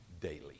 daily